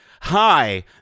hi